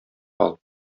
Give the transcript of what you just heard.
кал